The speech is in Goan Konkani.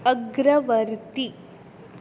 अग्रवर्ती